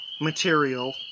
material